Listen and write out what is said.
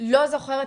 לא זוכרת,